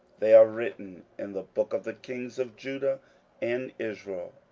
they are written in the book of the kings of judah and israel.